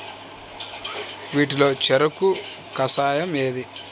వీటిలో చెరకు కషాయం ఏది?